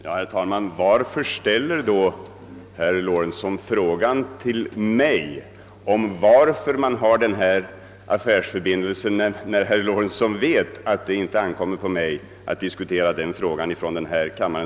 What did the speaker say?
Herr talman! Varför ställer då herr Lorentzon till mig frågan, varför dessa affärsförbindelser förekommer, om han vet att det inte ankommer på mig att diskutera detta spörsmål i denna kammare?